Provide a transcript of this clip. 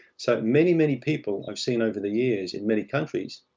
so, many, many people i've seen over the years in many countries,